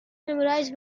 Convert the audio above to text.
memorize